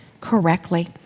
correctly